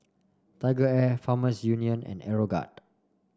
TigerAir Farmers Union and Aeroguard